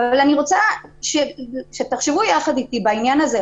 אבל אני רוצה שתחשבו איתי בעניין הזה.